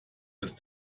ist